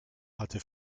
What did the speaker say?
hatte